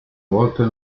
volta